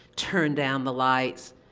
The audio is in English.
turn down the lights,